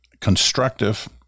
constructive